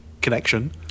connection